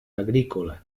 agrícola